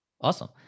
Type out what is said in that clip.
Awesome